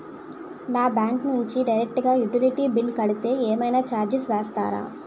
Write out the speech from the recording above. నా బ్యాంక్ నుంచి డైరెక్ట్ గా యుటిలిటీ బిల్ కడితే ఏమైనా చార్జెస్ వేస్తారా?